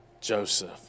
Joseph